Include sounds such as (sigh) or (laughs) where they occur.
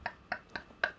(laughs)